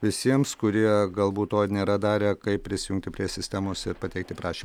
visiems kurie galbūt to nėra darę kaip prisijungti prie sistemos ir pateikti prašymą